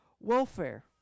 welfare